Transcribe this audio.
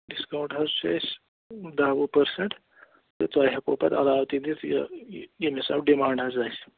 discount حظ چھُ اَسہِ دَہ وُہ پٔرسَنٛٹ تہٕ تۄہہِ ہٮ۪کو پَتہٕ علاوٕ تہِ دِتھ یہِ ییٚمہِ حِساب ڈِمانٛڈ حظ آسہِ